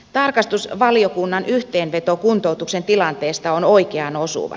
tarkastusvaliokunnan yhteenveto kuntoutuksen tilanteesta on oikeaan osuva